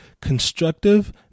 constructive